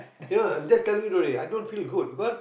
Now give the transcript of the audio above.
you know I just telling you today i don't feel good because